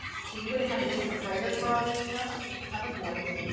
and so you wouldn't have a different writer for all your stuff, so you want to have a voice.